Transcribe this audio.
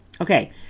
Okay